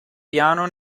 piano